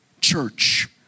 church